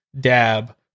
dab